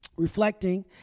reflecting